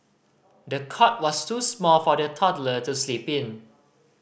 the cot was too small for the toddler to sleep in